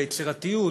היצירתיות